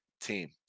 team